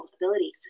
abilities